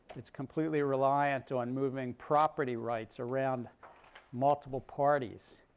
it's completely reliant on moving property rights around multiple parties.